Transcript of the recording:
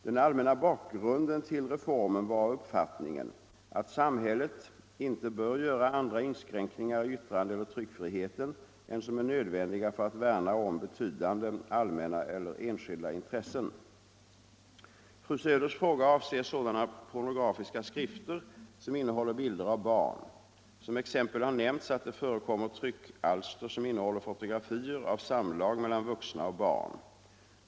Den allmänna bakgrunden till reformen var uppfattningen att samhället inte bör göra andra inskränkningar i yttrandeeller tryckfriheten än som är nödvändiga för att värna om betydande allmänna eller enskilda intressen. Fru Söders fråga avser sådana pornografiska skrifter som innehåller bilder av barn. Som exempel har nämnts att det förekommer tryckalster som innehåller fotografier av samlag mellan vuxna och barn.